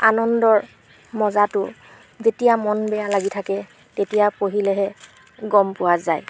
আনন্দৰ মজাটো যেতিয়া মন বেয়া লাগি থাকে তেতিয়া পঢ়িলেহে গম পোৱা যায়